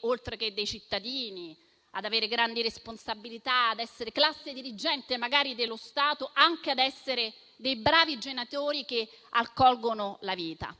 oltre che di essere dei cittadini, di avere grandi responsabilità e di essere classe dirigente, magari dello Stato, anche di essere dei bravi genitori che accolgono la vita.